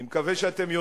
אני מקווה שאתם יודעים,